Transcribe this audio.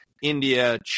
India